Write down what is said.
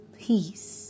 peace